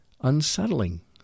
unsettling